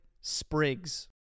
sprigs